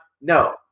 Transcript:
No